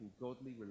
godly